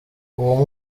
uwo